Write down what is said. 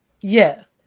Yes